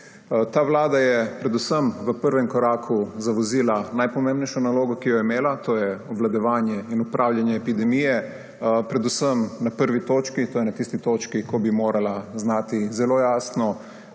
Ta vlada je predvsem v prvem koraku zavozila najpomembnejšo nalogo, ki jo je imela, to je obvladovanje in upravljanje epidemije predvsem na prvi točki, to je na tisti točki, ko bi morala znati zelo jasno